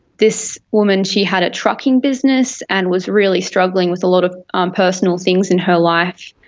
this woman, she had a trucking business and was really struggling with a lot of um personal things in her life.